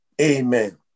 amen